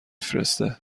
فرسته